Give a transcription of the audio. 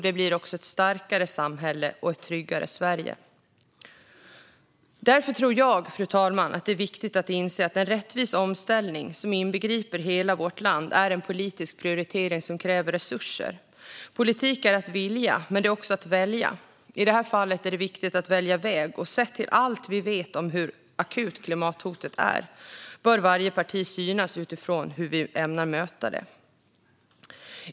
Det blir också ett starkare samhälle och ett tryggare Sverige. Därför tror jag, fru talman, att det är viktigt att inse att en rättvis omställning som inbegriper hela vårt land är en politisk prioritering som kräver resurser. Politik är att vilja, men det är också att välja. I det här fallet är det viktigt att välja väg, och sett till allt vi vet om hur akut klimathotet är bör varje parti synas utifrån hur vi ämnar möta det.